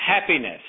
happiness